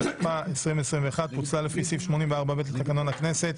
התשפ"א-2021 (פוצלה לפי סעיף 84(ב) לתקנון הכנסת)